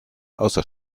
außer